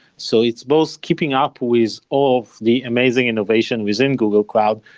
so it's both keeping up with all the amazing innovation within google cloud,